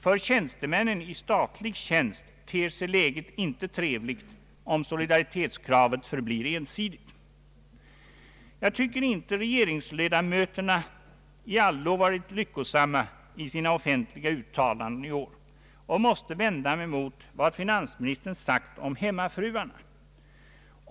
För tjänstemännen i statlig tjänst ter sig läget inte trevligt om solidaritetskravet förblir ensidigt. Jag tycker inte att regeringsledamöterna har varit särskilt lyckosamma i sina offentliga uttalanden i år, och jag måste vända mig mot vad finansministern sagt om hemmafruarna.